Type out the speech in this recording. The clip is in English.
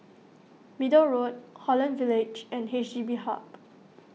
Middle Road Holland Village and H D B Hub